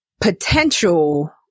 potential